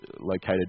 located